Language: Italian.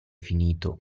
finito